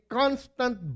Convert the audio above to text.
constant